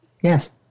Yes